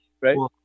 Right